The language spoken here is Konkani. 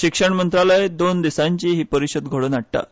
शिक्षण मंत्रालय दोन दिसांची ही परिशद घडोवन हाडटा